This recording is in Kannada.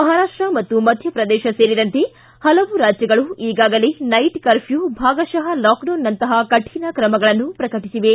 ಮಹಾರಾಷ್ಟ ಮಧ್ಯಪ್ರದೇಶ ಸೇರಿದಂತೆ ಪಲವು ರಾಜ್ಯಗಳು ಈಗಾಗಲೇ ನೈಟ್ ಕರ್ಫ್ಯೂ ಭಾಗಶಃ ಲಾಕ್ಡೌನ್ನಂತಹ ಕಠಿಣ ಕ್ರಮಗಳನ್ನು ಪ್ರಕಟಿಸಿವೆ